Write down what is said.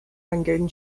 rangoon